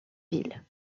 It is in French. villes